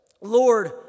Lord